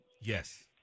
Yes